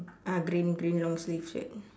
ah green green long sleeves shirt